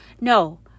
No